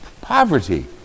poverty